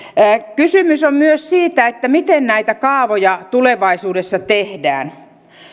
kysymys on myös siitä miten näitä kaavoja tulevaisuudessa tehdään